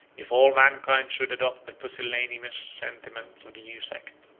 if all mankind should adopt the pusillanimous sentiments of the new sect.